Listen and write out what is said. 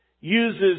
uses